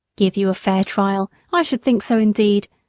give you a fair trial! i should think so indeed!